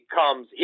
comes